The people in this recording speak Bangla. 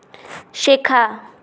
শেখা